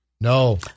No